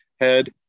head